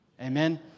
Amen